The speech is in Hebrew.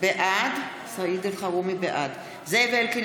בעד זאב אלקין,